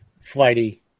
flighty